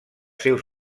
seus